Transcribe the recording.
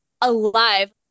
alive